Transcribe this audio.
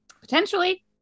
Potentially